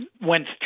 went